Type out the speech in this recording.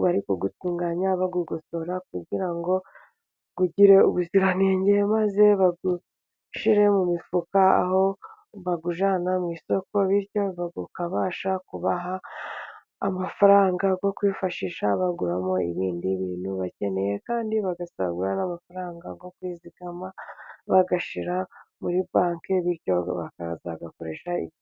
bari kuwutunganya bawugosora, kugira ngo ugire ubuziranenge ,maze bawushira mu mifuka aho bawujyana mu isoko ,bityo ukabasha kubaha amafaranga yo kwifashisha, bakuramo ibindi bintu bakeneye, kandi bagasagura n'amafaranga nko kwizigama bagashira muri banki, bityo bakajya bayakoresha .